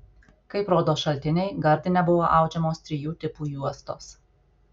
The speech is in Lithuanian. kaip rodo šaltiniai gardine buvo audžiamos trijų tipų juostos